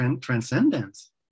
transcendence